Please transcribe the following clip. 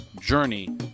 journey